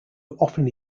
often